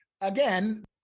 again